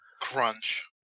Crunch